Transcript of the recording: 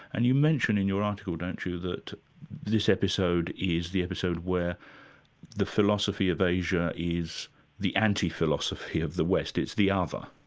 and you mention in your article, don't you, that this episode is the episode where the philosophy of asia is the anti-philosophy of the west, it's the ah other.